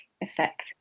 effect